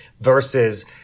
versus